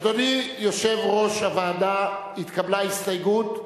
אדוני יושב-ראש הוועדה, התקבלה הסתייגות,